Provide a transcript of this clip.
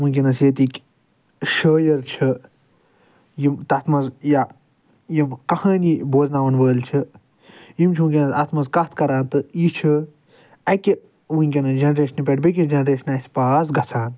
وٕنکٮ۪نس ییٚتِکۍ شٲعر چھِ یِم تتھ منٛز یا یِم کہانی بوزناون وٲلۍ چھِ یِم چھِ وٕنکٮ۪نس اتھ منٛز کتھ کران تہٕ یہِ چھُ اکہِ وٕنکٮ۪نس جنرٮ۪شنہِ پٮ۪ٹھ بٮ۪کِس جنرٮ۪شنہِ اسہِ پاس گژھان